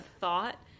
thought